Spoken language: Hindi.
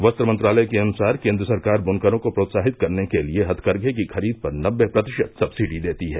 वस्त्र मंत्रालय के अनुसार केन्द्र सरकार बुनकरों को प्रोत्साहित करने के लिए हथकरघे की खरीद पर नबे प्रतिशत सक्सिडी देती है